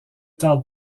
tarde